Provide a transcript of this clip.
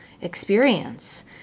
Experience